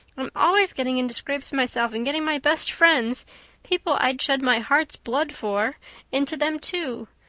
i'm always getting into scrapes myself and getting my best friends people i'd shed my heart's blood for into them too.